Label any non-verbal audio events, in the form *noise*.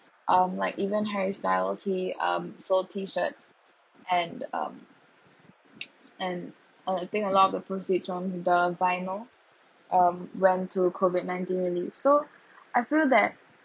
um like even harry styles he um sold T shirts and um *noise* and I think a lot of the proceeds on the vinyl um went to COVID nineteen reliefs so I feel that